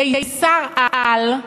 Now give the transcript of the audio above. קיסר-על,